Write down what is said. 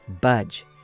budge